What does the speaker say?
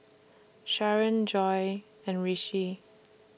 Sharen Joi and Rishi